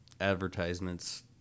advertisements